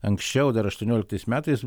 anksčiau dar aštuonioliktais metais